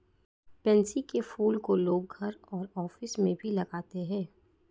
pansy के फूल को लोग घर और ऑफिस में भी लगाते है